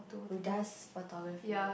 who does photography